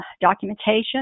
documentation